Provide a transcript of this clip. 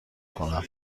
کنم